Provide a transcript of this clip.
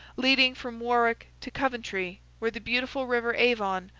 leading from warwick to coventry, where the beautiful river avon,